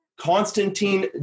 Constantine